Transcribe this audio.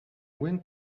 wind